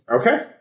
Okay